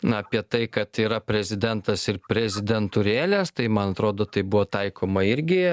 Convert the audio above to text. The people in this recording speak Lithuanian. na apie tai kad yra prezidentas ir prezidentūrėlės tai man atrodo tai buvo taikoma irgi